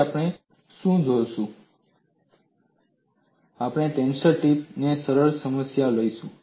હવે આપણે શું કરીશું આપણે ટેન્શન સ્ટ્રીપની સરળ સમસ્યા લઈશું